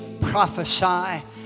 prophesy